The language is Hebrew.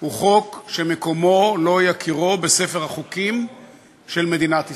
הוא חוק שמקומו לא יכירו בספר החוקים של מדינת ישראל.